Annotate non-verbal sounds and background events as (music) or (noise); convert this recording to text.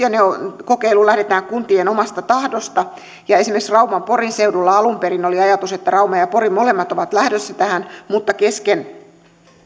(unintelligible) ja kokeiluun lähdetään kuntien omasta tahdosta esimerkiksi rauman porin seudulla alun perin oli ajatus että rauma ja pori molemmat ovat lähdössä tähän mutta kesken